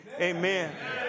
Amen